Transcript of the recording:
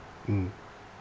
mm